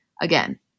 Again